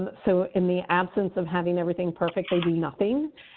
so in the absence of having everything perfect, they do nothing.